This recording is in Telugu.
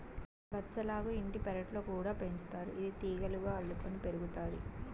బచ్చలాకు ఇంటి పెరట్లో కూడా పెంచుతారు, ఇది తీగలుగా అల్లుకొని పెరుగుతాది